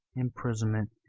imprisonment,